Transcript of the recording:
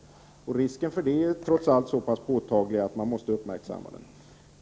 Risken för detta är trots allt så pass påtaglig att man måste uppmärksamma den.